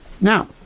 Now